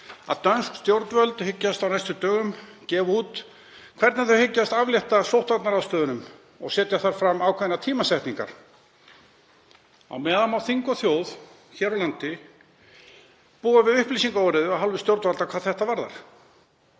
að dönsk stjórnvöld hyggist á næstu dögum gefa út hvernig þau hyggjast aflétta sóttvarnaráðstöfunum og setja þar fram ákveðnar tímasetningar. Á meðan má þing og þjóð hér á landi búa við upplýsingaóreiðu af hálfu stjórnvalda hvað þetta varðar.